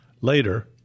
later